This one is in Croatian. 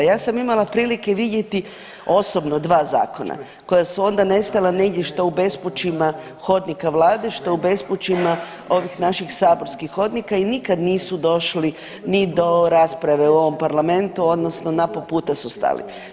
Ja sam imala prilike vidjeti osobno 2 zakona koja su onda nestala negdje, što u bespućima hodnika Vlade, što u bespućima ovih naših saborskih hodnika i nikad nisu došli ni do rasprave u ovom parlamentu odnosno na po' puta su stali.